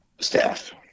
Staff